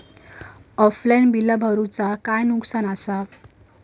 Offline बिला भरूचा काय नुकसान आसा?